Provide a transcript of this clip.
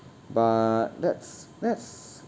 but let's let's